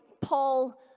Paul